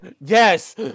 yes